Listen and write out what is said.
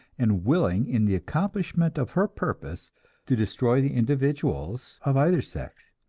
and willing in the accomplishment of her purpose to destroy the individuals of either sex.